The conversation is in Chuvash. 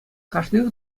кашни